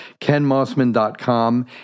KenMossman.com